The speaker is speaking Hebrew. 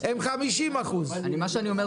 אתה מחזיק ב-76% מהחוץ בנקאיים?